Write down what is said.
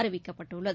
அறிவிக்கப்பட்டுள்ளது